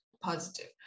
positive